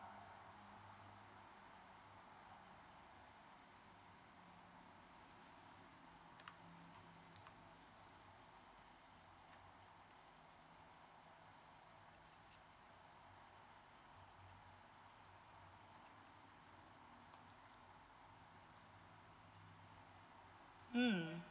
mm